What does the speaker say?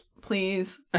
please